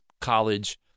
college